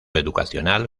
educacional